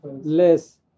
less